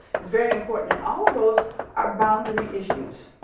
is very important and all of those are boundary issues.